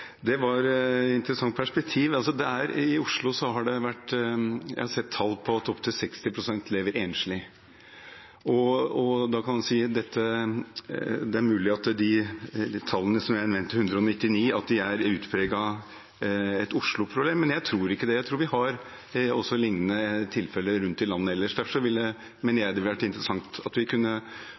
interessant perspektiv. I Oslo har jeg sett tall på at opptil 60 pst. lever som enslige. Da kan man si at det er mulig at det tallet som er nevnt, 199, er et utpreget Oslo-problem. Men jeg tror ikke det. Jeg tror vi har lignende tilfeller også rundt i landet ellers. Derfor mener jeg det ville vært interessant om vi